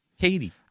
Katie